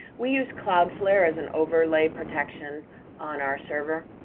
we use cloudflare as an overlay protection on our server,